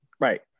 right